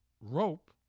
rope